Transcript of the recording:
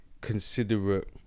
considerate